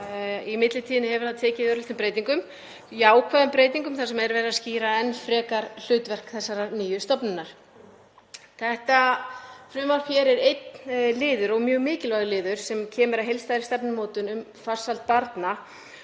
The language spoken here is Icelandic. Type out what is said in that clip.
Í millitíðinni hefur það tekið örlitlum breytingum, jákvæðum breytingum þar sem verið er að skýra enn frekar hlutverk þessarar nýju stofnunar. Þetta frumvarp hér er einn liður og mjög mikilvægur liður þegar kemur að heildstæðri stefnumótun um farsæld barna